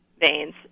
veins